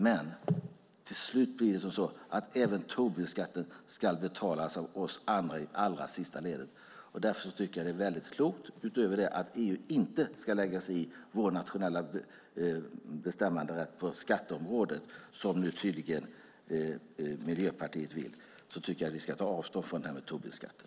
Men till slut ska även Tobinskatten betalas av oss i det allra sista ledet. Utöver att EU inte ska lägga sig i vår nationella bestämmanderätt på skatteområdet, vilket Miljöpartiet nu tydligen vill, är det väldigt klokt, menar jag, att ta avstånd från Tobinskatten.